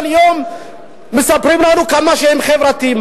כל יום מספרים לנו כמה שהם חברתיים.